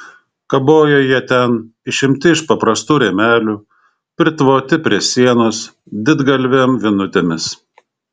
kabojo jie ten išimti iš paprastų rėmelių pritvoti prie sienos didgalvėm vinutėmis